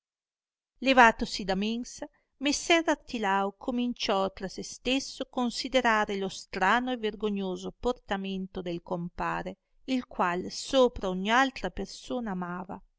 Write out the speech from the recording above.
levatosi da mensa messer artilao cominciò tra stesso considerare lo strano e vergognoso portamento del compare il qual sopra ogn altra persona amava